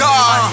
God